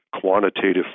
quantitative